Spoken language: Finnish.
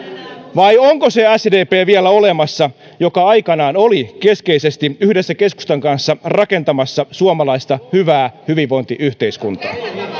vai onko se sdp vielä olemassa joka aikanaan oli keskeisesti yhdessä keskustan kanssa rakentamassa suomalaista hyvää hyvinvointiyhteiskuntaa